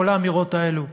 כל האמירות האלה.